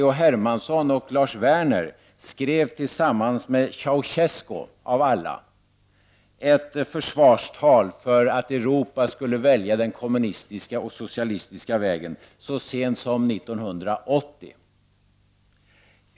H. Hermansson och Lars Werner skrev tillsammans med Ceausescu, av alla, ett försvarstal för att Europa skulle välja den kommunistiska och socialistiska vägen så sent som 1980.